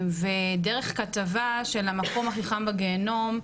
ודרך כתבה של 'המקום הכי חם בגיהינום',